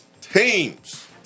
teams